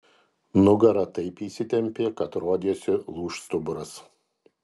nugara taip įsitempė kad rodėsi lūš stuburas